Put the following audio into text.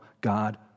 God